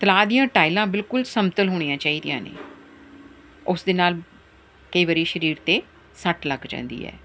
ਤਲਾਅ ਦੀਆ ਟਾਈਲਾਂ ਬਿਲਕੁਲ ਸਮਤਲ ਹੋਣੀਆਂ ਚਾਹੀਦੀਆਂ ਨੇ ਉਸ ਦੇ ਨਾਲ ਕਈ ਵਾਰੀ ਸਰੀਰ 'ਤੇ ਸੱਟ ਲੱਗ ਜਾਂਦੀ ਹੈ